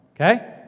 okay